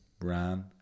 ran